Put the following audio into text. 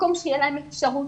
מקום שתהיה להם אפשרות.